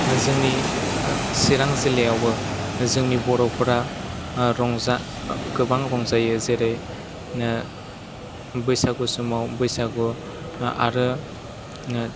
जोंनि चिरां जिल्लायावबो जोंनि बर'फोरा रंजा गोबां रंजायो जेरै बैसागु समाव बैसागु आरो